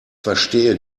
verstehe